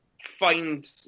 find